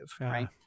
right